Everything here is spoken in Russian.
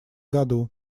году